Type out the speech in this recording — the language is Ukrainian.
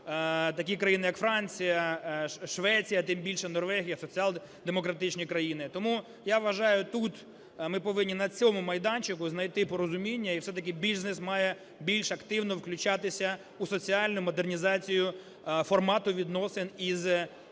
такі країни, як Франція, Швеція, тим більше Норвегія, соціал-демократичні країни. Тому, я вважаю, тут ми повинні, на цьому майданчику, знайти порозуміння, і все-таки бізнес має більш активно включатися у соціальну модернізацію формату відносин із